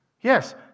Yes